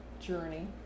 journey